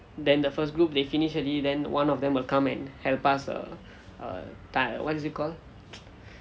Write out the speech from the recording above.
then the first group they finish already then one of them will come and help us err time what is it called